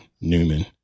Newman